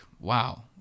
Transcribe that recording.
wow